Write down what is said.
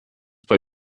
bei